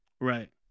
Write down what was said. Right